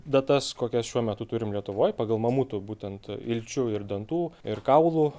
datas kokias šiuo metu turim lietuvoje pagal mamutų būtent ilčių ir dantų ir kaulų